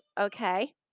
okay